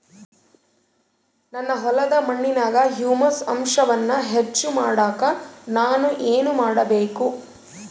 ನನ್ನ ಹೊಲದ ಮಣ್ಣಿನಾಗ ಹ್ಯೂಮಸ್ ಅಂಶವನ್ನ ಹೆಚ್ಚು ಮಾಡಾಕ ನಾನು ಏನು ಮಾಡಬೇಕು?